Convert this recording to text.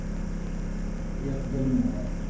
ᱤᱭᱟᱹ ᱛᱮᱫᱚ ᱞᱤᱧ ᱢᱚᱱᱮᱭᱟ